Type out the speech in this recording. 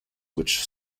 which